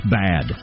bad